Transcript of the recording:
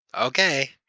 Okay